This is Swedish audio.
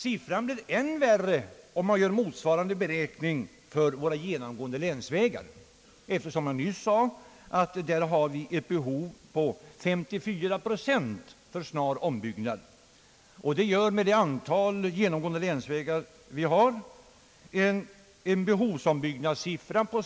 Siffran blir ännu ogynnsammare om man gör motsvarande beräkning för våra genomgående länsvägar eftersom 54 procent av dessa snart behöver byggas om. Inte mindre än 6950 km genomgående länsvägar är i behov av ombyggnad.